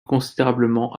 considérablement